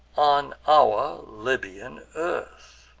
on our libyan earth?